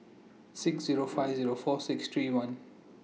six Zero five Zero four six three one